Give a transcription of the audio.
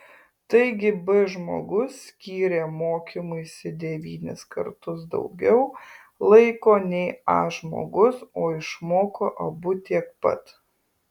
taigi b žmogus skyrė mokymuisi devynis kartus daugiau laiko nei a žmogus o išmoko abu tiek pat